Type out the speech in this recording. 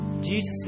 Jesus